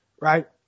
right